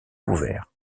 couvert